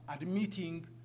admitting